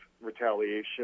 retaliation